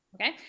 okay